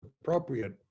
appropriate